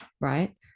right